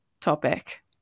topic